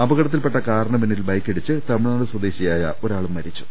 അപകടത്തിൽപ്പെട്ട കാറിന് പിന്നിൽ ബൈക്കി ടിച്ച് തമിഴ്നാട് സ്വദേശിയായ ഒരാളും മരിച്ചു